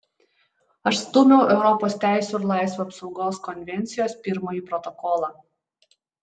aš stūmiau europos teisių ir laisvių apsaugos konvencijos pirmąjį protokolą